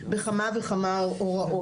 בכמה וכמה הוראות.